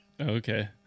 Okay